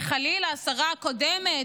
שחלילה השרה הקודמת,